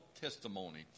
testimony